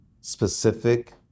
specific